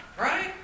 right